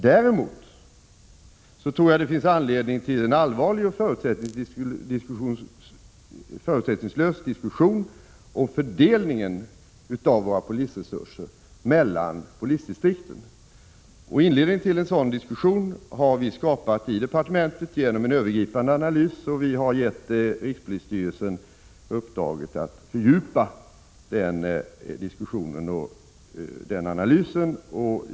Däremot tror jag det finns anledning till en allvarlig och förutsättningslös diskussion om fördelningen av våra polisresurser mellan distrikten. Inledningen till en sådan diskussion har vi skapat i departementet genom en övergripande analys. Vi har gett rikspolisstyrelsen i uppdrag att fördjupa den diskussionen och analysen.